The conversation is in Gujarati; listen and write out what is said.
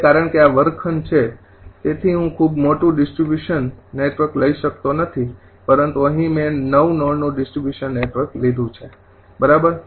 હવે કારણ કે આ વર્ગખંડ છે તેથી હું ખૂબ મોટું ડિસ્ટ્રિબ્યૂશન નેટવર્ક લઈ શકતો નથી પરંતુ અહીં મેં ૯ નોડનું ડિસ્ટ્રિબ્યૂશન નેટવર્ક લીધું છે બરાબર